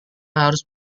harus